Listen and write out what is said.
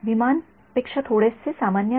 विमान पेक्षा थोडेसे सामान्य आहे